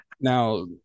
Now